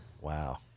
Wow